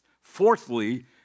Fourthly